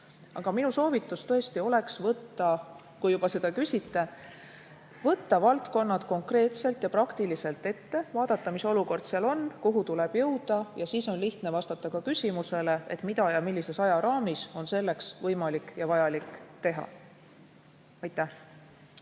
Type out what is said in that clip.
Aga minu soovitus tõesti oleks võtta – kui te juba seda küsite – valdkonnad konkreetselt ja praktiliselt ette, vaadata, mis olukord seal on ja kuhu tuleb jõuda. Siis on juba lihtne vastata ka küsimusele, mida ja millises ajaraamis on selleks võimalik ja vajalik teha. Tänan,